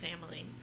family